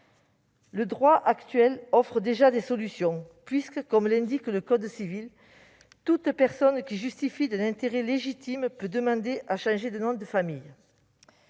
Le droit actuel offre déjà des solutions, comme l'indique le code civil :« Toute personne qui justifie d'un intérêt légitime peut demander à changer de nom de famille.